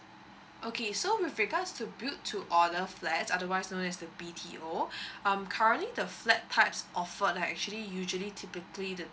okay so with regards to build to order flats otherwise known as the B_T_O um currently the flat types offer like actually usually typically the